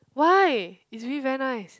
why is really very nice